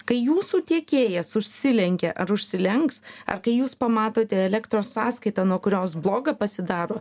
kai jūsų tiekėjas užsilenkė ar užsilenks ar kai jūs pamatote elektros sąskaita nuo kurios bloga pasidaro